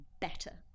better